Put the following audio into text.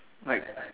like